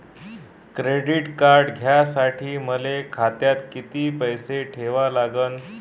Credit card घ्यासाठी मले खात्यात किती पैसे ठेवा लागन?